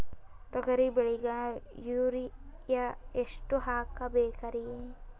ತೊಗರಿ ಬೆಳಿಗ ಯೂರಿಯಎಷ್ಟು ಹಾಕಬೇಕರಿ?